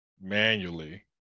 manually